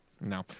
No